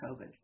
COVID